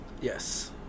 Yes